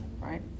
right